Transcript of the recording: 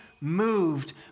moved